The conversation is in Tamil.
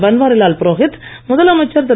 பன்வாரிலால் புரோகித் முதலமைச்சர் திரு